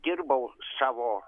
dirbau savo